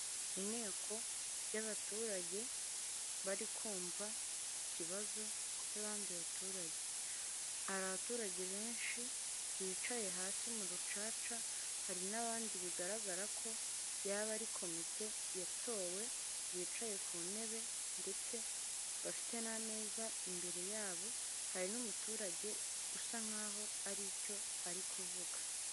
Inteko y'abaturage bari kumva ikibazo cy'abandi baturage. Hari abaturage benshi bicaye hasi mu rucaca, hari n'abandi bigaragara ko yaba ari komite yatowe, bicaye ku ntebe ndetse bafite n'ameza imbere yabo, hari n'umuturage usa nk'aho hari icyo ari kuvuga.